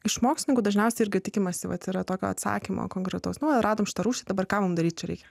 iš mokslininkų dažniausiai irgi tikimasi vat yra tokio atsakymo konkretaus nu va radom šitą rūšį dabar ką mum daryt čia reikia